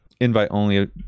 invite-only